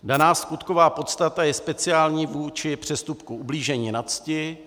Daná skutková podstata je speciální vůči přestupku ublížení na cti.